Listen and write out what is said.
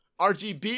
RGB